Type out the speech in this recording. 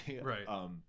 right